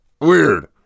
Weird